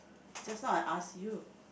just now I asked you